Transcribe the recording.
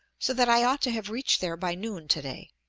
so that i ought to have reached there by noon to-day.